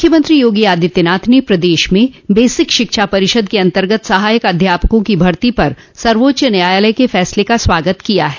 मुख्यमंत्री योगी आदित्यनाथ ने प्रदेश में बेसिक शिक्षा परिषद के अन्तर्गत सहायक अध्यापकों की भर्ती पर सर्वोच्च न्यायालय के फैसले का स्वागत किया है